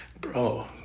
bro